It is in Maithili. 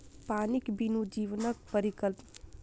पानिक बिनु जीवनक परिकल्पना नहि कयल जा सकैत अछि